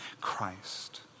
Christ